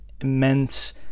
immense